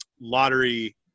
lottery